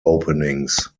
openings